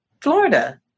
Florida